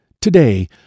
Today